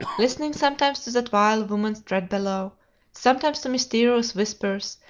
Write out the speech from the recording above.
listening sometimes to that vile woman's tread below sometimes to mysterious whispers,